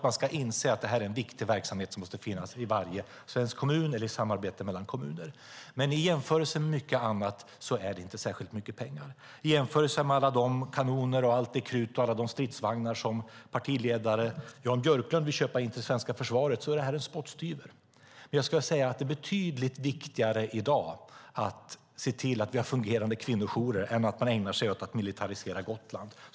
Men det här är en viktig verksamhet som måste finnas i varje svensk kommun eller i samarbetet mellan kommuner. I jämförelse med mycket annat är det inte särskilt mycket pengar. I jämförelse med alla de kanoner, allt krut och alla stridsvagnar som partiledare Jan Björklund vill köpa in till det svenska försvaret är det en spottstyver. Det är betydligt viktigare att se till att vi har fungerande kvinnojourer än att ägna sig åt att militarisera Gotland.